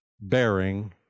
bearing